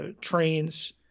trains